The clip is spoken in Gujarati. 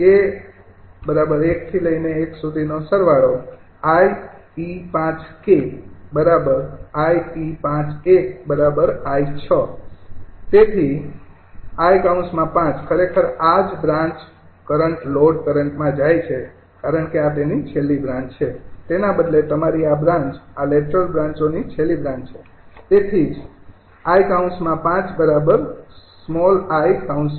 તેથી 𝐼૫ ખરેખર આ જ બ્રાન્ચ કરંટ લોડ કરંટ માં જાય છે કારણ કે આ તેની છેલ્લી બ્રાન્ચ છે તેના બદલે તમારી આ બ્રાન્ચ આ લેટરલ બ્રાંચોની છેલ્લી બ્રાન્ચ છે તેથી જ 𝐼૫𝑖૬